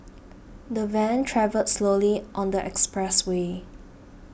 the van travelled slowly on the expressway